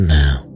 now